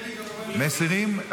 מסירים?